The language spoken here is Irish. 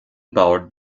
bord